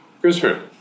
Christopher